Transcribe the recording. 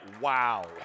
wow